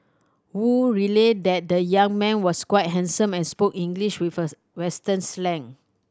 Wu relayed that the young man was quite handsome and spoke English with us western slang